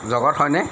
জগত হয়নে